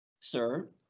sir